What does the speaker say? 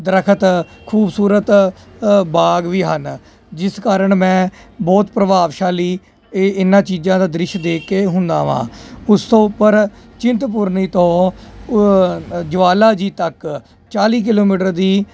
ਦਰਖਤ ਖੂਬਸੂਰਤ ਬਾਗ ਵੀ ਹਨ ਜਿਸ ਕਾਰਨ ਮੈਂ ਬਹੁਤ ਪ੍ਰਭਾਵਸ਼ਾਲੀ ਇਹ ਇਹਨਾਂ ਚੀਜ਼ਾਂ ਦਾ ਦ੍ਰਿਸ਼ ਦੇਖ ਕੇ ਹੁੰਦਾ ਵਾ ਉਸ ਤੋਂ ਉੱਪਰ ਚਿੰਤਪੁਰਨੀ ਤੋਂ ਜਵਾਲਾ ਜੀ ਤੱਕ ਚਾਲ੍ਹੀ ਕਿਲੋਮੀਟਰ ਦੀ